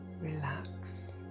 relax